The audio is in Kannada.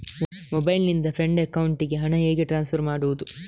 ಮೊಬೈಲ್ ನಿಂದ ಫ್ರೆಂಡ್ ಅಕೌಂಟಿಗೆ ಹಣ ಹೇಗೆ ಟ್ರಾನ್ಸ್ಫರ್ ಮಾಡುವುದು?